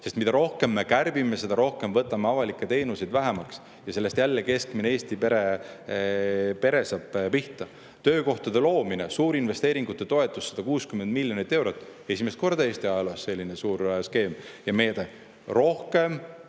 Mida rohkem me kärbime, seda rohkem võtame avalikke teenuseid vähemaks ja sellega jälle keskmine Eesti pere saab pihta. Töökohtade loomine, suurinvesteeringute toetus 160 miljonit eurot – esimest korda Eesti ajaloos selline suur skeem ja meede. Rohkem